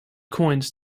coins